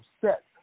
set